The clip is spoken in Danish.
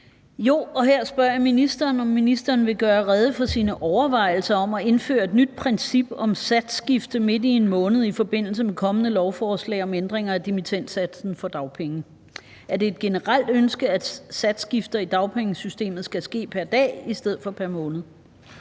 Ja, og her spørger jeg ministeren: Vil ministeren gøre rede for sine overvejelser om at indføre et nyt princip om satsskifte midt i en måned i forbindelse med et kommende lovforslag om ændringer af dimittendsatsen for dagpenge? Er det et generelt ønske, at satsskifter i dagpengesystemet skal ske pr. dag i stedet for pr. måned?